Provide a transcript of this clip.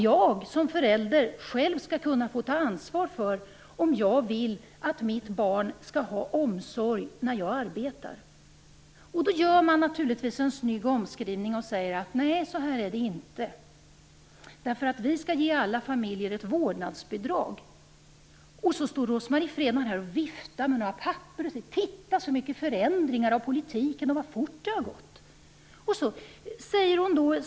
Jag som förälder skall själv ha möjlighet att välja om mitt barn skall ha omsorg när jag arbetar. Då gör man naturligtvis en snygg omskrivning och säger: Nej, så här är det inte, därför att vi skall ge alla familjer ett vårdnadsbidrag. Rose-Marie Frebran står här och viftar med några papper och säger: Titta så mycket förändringar av politiken! Vad fort det har gått.